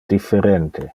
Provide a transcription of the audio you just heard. differente